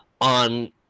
on